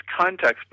context